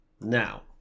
Now